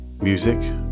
Music